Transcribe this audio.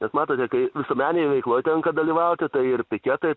bet matote kai visuomeninėj veikloj tenka dalyvauti tai ir piketai